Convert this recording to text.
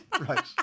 right